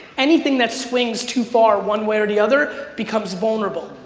anything that swings too far one way or the other becomes vulnerable.